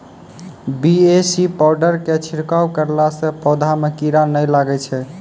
BAC powder के छिड़काव करला से पौधा मे कीड़ा नैय लागै छै?